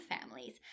families